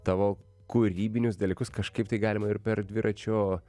tavo kūrybinius dalykus kažkaip tai galima ir per dviračio